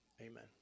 amen